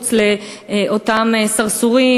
חוץ מאותם סרסורים,